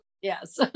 yes